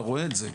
אתה רואה את זה.